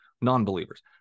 non-believers